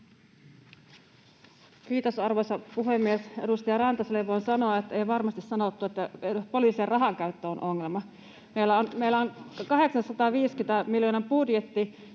Kiitos, arvoisa puhemies! Edustaja Rantaselle voin sanoa, että ei varmasti sanottu, että poliisien rahankäyttö on ongelma. Meillä on 850 miljoonan budjetti.